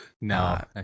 No